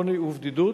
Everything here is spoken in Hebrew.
עוני ובדידות.